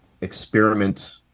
experiment